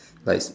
like